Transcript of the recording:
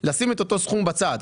לשים את אותו סכום בצד,